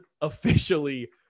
officially